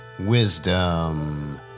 Wisdom